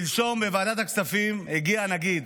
שלשום בוועדת הכספים הגיע הנגיד,